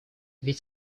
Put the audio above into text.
ведь